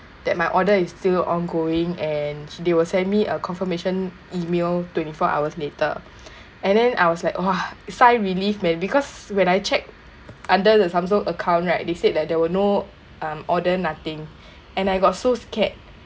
that my order is still ongoing and they will send me a confirmation email twenty four hours later and then I was like !wah! sigh of relief man because when I check under the Samsung account right they said that there were no um order nothing and I got so scared